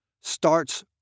starts